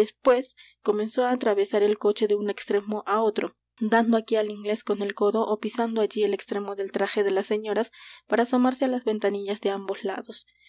después comenzó á atravesar el coche de un extremo á otro dando aquí al inglés con el codo ó pisando allí el extremo del traje de las señoras para asomarse á las ventanillas de ambos lados por